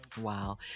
Wow